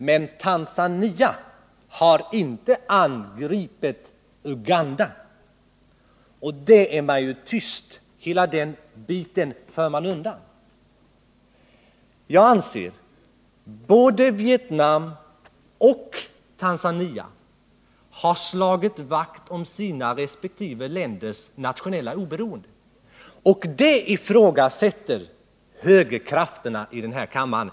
Men Tanzania har inte angripit Uganda— hela den biten för man undan. Jag anser att både Vietnam och Tanzania har slagit vakt om sitt nationella oberoende, och det ifrågasätter högerkrafterna här i kammaren.